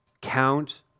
Count